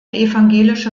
evangelische